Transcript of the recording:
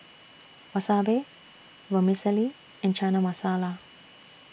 Wasabi Vermicelli and Chana Masala